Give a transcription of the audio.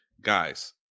guys